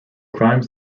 crimes